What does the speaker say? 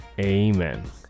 Amen